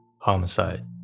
homicide